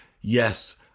Yes